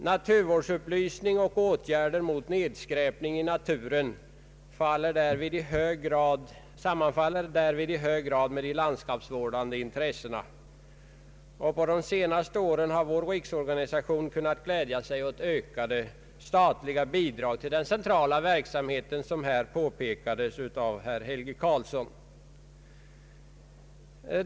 Naturvårdsupplysning och åtgärder mot nedskräpning i naturen sammanfaller därvid i hög grad med de landskapsvårdande intressena, och under de senaste åren har vår riksorganisation kunnat glädja sig åt ökade statliga bidrag till den centrala verksamheten — som herr Helge Karlsson här påpekat.